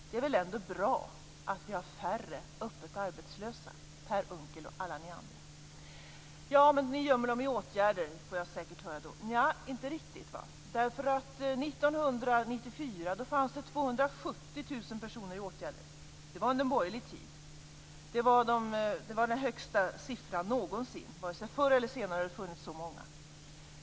Det är väl ändå bra att vi har färre öppet arbetslösa, Per Unckel och alla ni andra? Ja, men ni gömmer dem säkert i åtgärder, får jag säkert höra. Nja, inte riktigt. 1994 var 270 000 personer föremål för åtgärder. Det var under borgerlig tid. Det var den högsta siffran någonsin. Vare sig förr eller senare har det funnits så många.